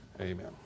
amen